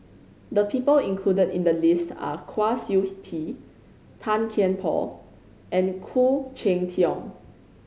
the people included in the list are Kwa Siew Tee Tan Kian Por and Khoo Cheng Tiong